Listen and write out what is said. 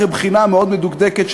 אחרי בחינה מאוד מדוקדקת,